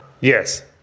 Yes